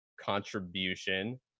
contribution